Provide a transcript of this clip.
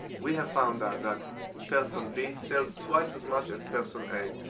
we have found out that person b sells twice as much as person a.